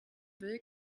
will